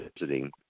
visiting